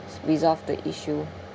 resolved the issue